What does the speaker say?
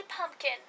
pumpkin